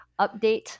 update